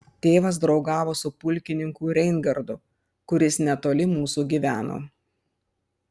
tėvas draugavo su pulkininku reingardu kuris netoli mūsų gyveno